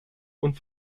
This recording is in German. und